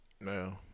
No